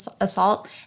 assault